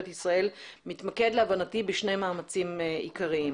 ישראל מתמקד להבנתי בשני מאמצים עיקריים: